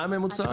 שנתיים מאסר?